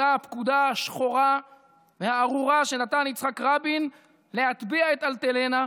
אותה הפקודה השחורה והארורה שנתן יצחק רבין להטביע את אלטלנה,